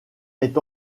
est